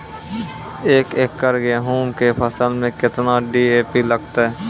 एक एकरऽ गेहूँ के फसल मे केतना डी.ए.पी लगतै?